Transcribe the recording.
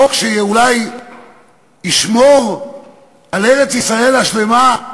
חוק שאולי ישמור על ארץ-ישראל השלמה,